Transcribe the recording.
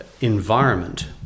environment